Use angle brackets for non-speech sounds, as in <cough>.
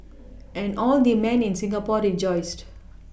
<noise> and all the men in Singapore rejoiced